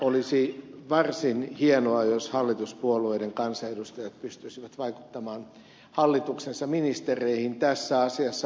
olisi varsin hienoa jos hallituspuolueiden kansanedustajat pystyisivät vaikuttamaan hallituksensa ministereihin tässä asiassa